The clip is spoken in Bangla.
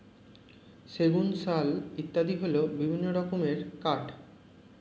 সেগুন, শাল ইত্যাদি হল বিভিন্ন রকমের কাঠ